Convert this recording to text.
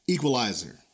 Equalizer